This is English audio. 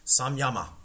Samyama